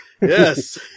Yes